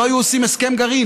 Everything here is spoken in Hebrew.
לא היו עושים הסכם גרעין.